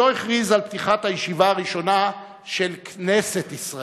לא הכריז על פתיחת הישיבה הראשונה של כנסת ישראל,